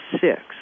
six